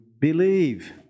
believe